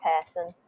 person